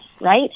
right